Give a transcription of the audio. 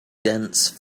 dense